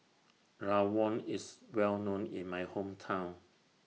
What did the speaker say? Rawon IS Well known in My Hometown